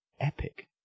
epic